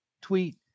tweet